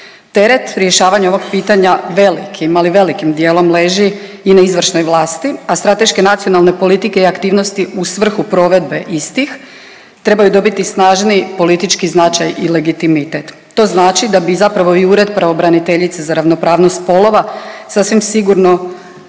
Teret rješavanja ovog pitanja velikim, ali velikim dijelom leži i na izvršnoj vlasti, a strateške nacionalne politike i aktivnosti u svrhu provedbe istih trebaju dobiti snažniji politički značaj i legitimitet. To znači da bi zapravo i ured pravobraniteljice za ravnopravnost spolova sasvim sigurno